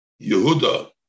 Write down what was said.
Yehuda